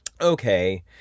okay